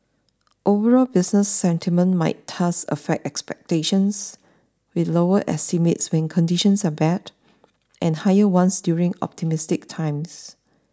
overall business sentiment might thus affect expectations with lower estimates when conditions are bad and higher ones during optimistic times